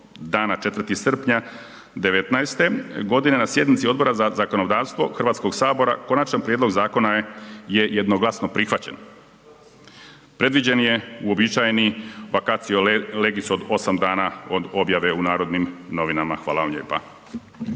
Dana 4. srpnja 2019. g. na sjednici Odbora za zakonodavstvo HS-a konačni prijedlog zakona je jednoglasno prihvaćen. Predviđen je uobičajeni vacatio legis od 8 dana od objave u Narodnim novinama. Hvala vam lijepa.